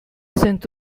sind